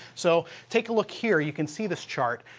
so take a look here. you can see this chart.